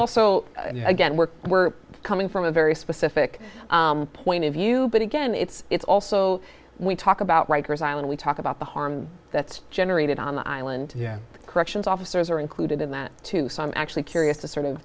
also again we're we're coming from a very specific point of view but again it's also we talk about rikers island we talk about the harm that's generated on the island corrections officers are included in that too so i'm actually curious to sort of